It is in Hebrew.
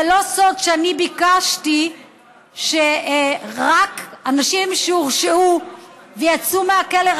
זה לא סוד שאני ביקשתי שאנשים שהורשעו ויצאו מהכלא,